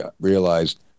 realized